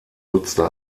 nutzte